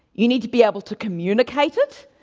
you need to be able to communicate it.